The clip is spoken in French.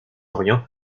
orient